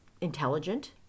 intelligent